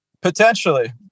Potentially